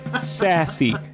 sassy